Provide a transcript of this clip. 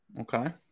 Okay